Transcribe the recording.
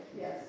yes